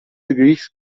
greeks